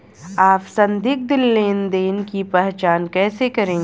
आप संदिग्ध लेनदेन की पहचान कैसे करेंगे?